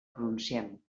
pronunciem